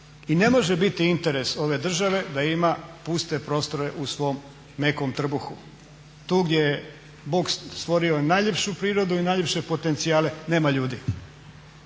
I ne može biti interes ove države da ima puste prostore u svom mekom trbuhu. Tu gdje je bog stvorio najljepšu prirodu i najljepše potencijale nema ljudi.